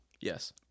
yes